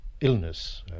illness